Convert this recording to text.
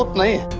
ah me.